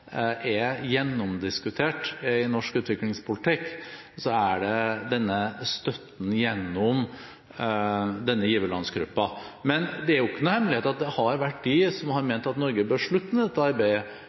er gjennomdiskutert i norsk utviklingspolitikk, er det denne støtten gjennom giverlandsgruppen. Men det er ikke noen hemmelighet at det har vært de som har